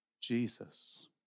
Jesus